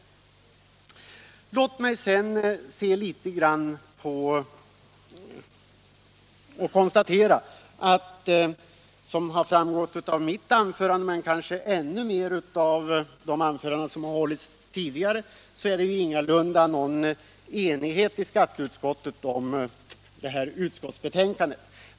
Låt mig sedan konstatera att det — som framgår av mitt anförande men kanske ännu mer av de anföranden som hållits tidigare — ingalunda råder någon enighet i skatteutskottet om det här utskottsbetänkandet.